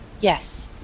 Yes